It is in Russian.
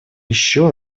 еще